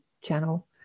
channel